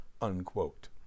unquote